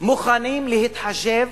מוכנים להתחשב